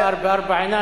אם זה נאמר בארבע עיניים,